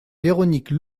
véronique